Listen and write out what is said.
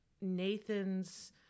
Nathan's